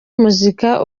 muzika